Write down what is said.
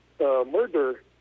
murder